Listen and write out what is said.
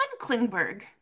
Klingberg